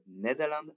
Netherlands